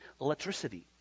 electricity